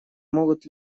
могут